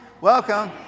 Welcome